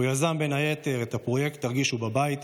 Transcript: הוא יזם בין היתר את הפרויקט "תרגישו בבית",